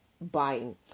buying